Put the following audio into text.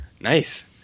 Nice